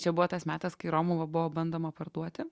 čia buvo tas metas kai romuvą buvo bandoma parduoti